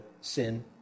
sin